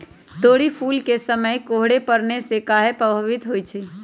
तोरी फुल के समय कोहर पड़ने से काहे पभवित होई छई?